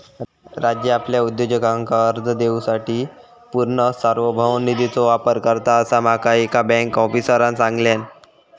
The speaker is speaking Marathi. राज्य आपल्या उद्योजकांका कर्ज देवूसाठी पूर्ण सार्वभौम निधीचो वापर करता, असा माका एका बँक आफीसरांन सांगल्यान